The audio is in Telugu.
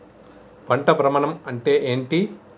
పంట భ్రమణం అంటే ఏంటి?